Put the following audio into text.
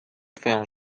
twoją